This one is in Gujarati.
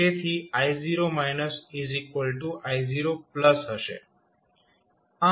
તેથી ii0 હશે